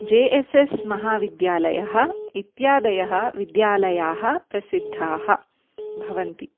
जे S S महाविद्यालयः इत्यादयः विद्यालयाः प्रसिद्धाः भवन्ति